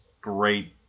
great